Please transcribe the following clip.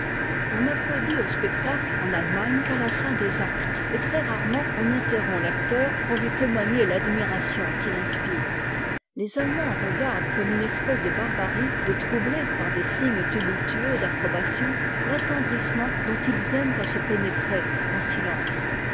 on n'applaudit au spectacle en allemagne qu'à a fin des actes et très-rarement on interrompt l'acteur pour lui témoigner l'admiration qu'il inspire les allemands regardent comme une espèce de barbarie de troubler par des signes tumultueux d'approbation l'attendrissement dont ils aiment à se pénétrer en silence